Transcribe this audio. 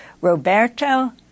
Roberto